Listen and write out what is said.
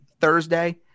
Thursday